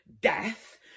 death